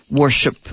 Worship